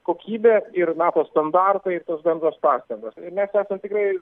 kokybė ir nato standartai ir tos bendros pastagos mes esam tikrai